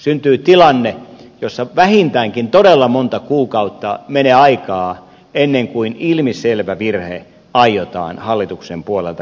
syntyy tilanne jossa vähintäänkin todella monta kuukautta menee aikaa ennen kuin ilmiselvä virhe aiotaan hallituksen puolelta korjata